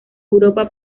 europa